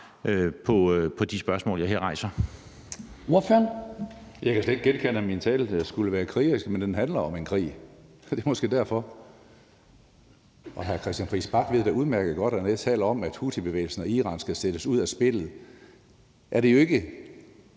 på de spørgsmål, jeg her rejser?